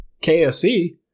KSE